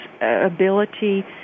ability